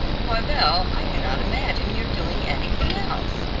why, belle, i cannot imagine your doing anything else.